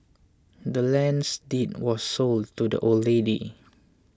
the land's deed were sold to the old lady